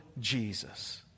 Jesus